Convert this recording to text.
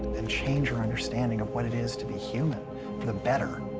and change our understanding of what it is to be human for the better.